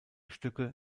stücke